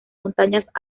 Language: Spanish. montañas